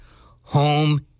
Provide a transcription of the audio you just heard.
home